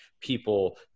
people